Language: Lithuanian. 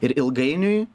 ir ilgainiui